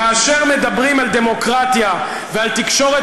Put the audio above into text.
כאשר מדברים על דמוקרטיה ועל תקשורת